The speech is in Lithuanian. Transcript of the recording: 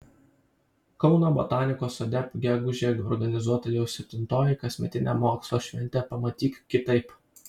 kauno botanikos sode gegužę organizuota jau septintoji kasmetinė mokslo šventė pamatyk kitaip